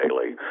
daily